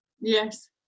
Yes